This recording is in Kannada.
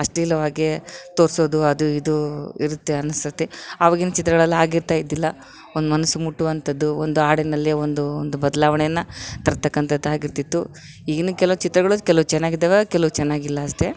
ಅಶ್ಲೀಲವಾಗೆ ತೋರಿಸೋದು ಅದು ಇದು ಇರುತ್ತೆ ಅನಿಸುತ್ತೆ ಆವಾಗೀನ ಚಿತ್ರಗಳೆಲ್ಲ ಹಾಗೆ ಇರ್ತಾಯಿದ್ದಿಲ್ಲ ಒಂದು ಮನ್ಸು ಮುಟ್ಟುವಂಥದ್ದು ಒಂದು ಹಾಡಿನಲ್ಲೇ ಒಂದು ಒಂದು ಬದಲಾವಣೆಯನ್ನ ತರ್ತಕಂಥದ್ ಆಗಿರ್ತಿತ್ತು ಈಗಿನ ಕೆಲವು ಚಿತ್ರಗಳು ಕೆಲವು ಚೆನ್ನಾಗಿದ್ದವೆ ಕೆಲವು ಚೆನ್ನಾಗಿಲ್ಲ ಅಷ್ಟೇ